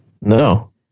No